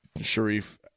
Sharif